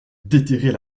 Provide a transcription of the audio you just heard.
déterrer